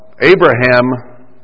Abraham